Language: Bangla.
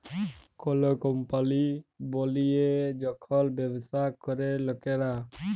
কল কম্পলি বলিয়ে যখল ব্যবসা ক্যরে লকরা